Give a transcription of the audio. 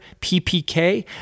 PPK